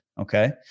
okay